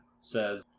says